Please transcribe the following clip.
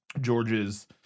George's